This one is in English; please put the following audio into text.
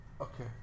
Okay